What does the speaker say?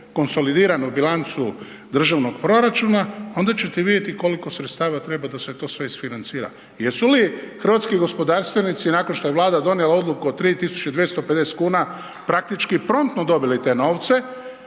konsolidiranu bilancu državnog proračuna, onda ćete vidjeti koliko sredstava treba da se to sve isfinancira. Jesu li hrvatski gospodarstvenici nakon što je Vlada donijela odluku o 3250 kuna praktički promptno dobili te novce,